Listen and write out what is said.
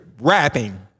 Rapping